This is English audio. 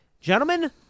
Gentlemen